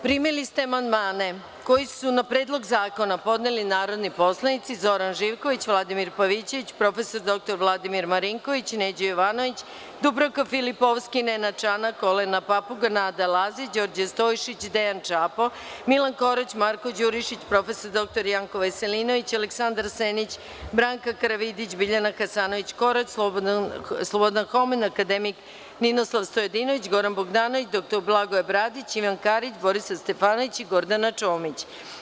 Primili ste amandmane koje su na Predlog zakona podneli narodni poslanici: Zoran Živković, Vladimir Pavićević, prof. dr Vladimir Marinković, Neđo Jovanović, Dubravka Filipovski, Nenad Čanak, Olena Papuga, Nada Lazić, Đorđe Stojšić, Dejan Čapo, Milan Korać, Marko Đurišić, prof. dr Janko Veselinović, Aleksandar Senić, Branka Karavidić, Biljana Hasanović – Korać, Slobodan Homen, akademik Ninoslav Stojadinović, Goran Bogdanović, dr Blagoje Bradić, Ivan Karić, Borislav Stefanović i Gordana Čomić.